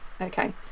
Okay